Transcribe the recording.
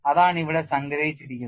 അതാണ് ഇവിടെ സംഗ്രഹിച്ചിരിക്കുന്നത്